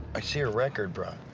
i see your record, brah.